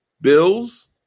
Bills